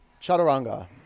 Chaturanga